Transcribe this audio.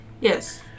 Yes